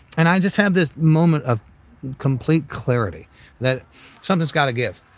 and i just had this moment of complete clarity that something's gotta give.